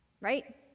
right